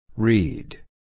Read